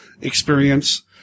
experience